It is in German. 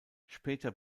später